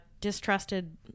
distrusted